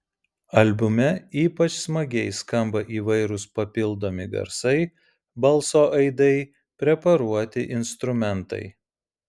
albume ypač smagiai skamba įvairūs papildomi garsai balso aidai preparuoti instrumentai